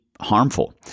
harmful